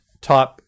type